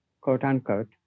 quote-unquote